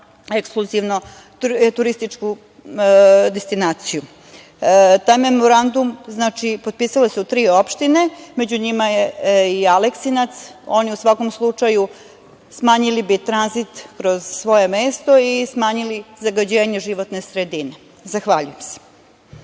ekskluzivne turističke destinacije? Taj memorandum su potpisale tri opštine, među njima je i Aleksinac. Oni, u svakom slučaju, smanjili bi tranzit kroz svoje mesto i smanjili bi zagađenje životne sredine. Zahvaljujem se.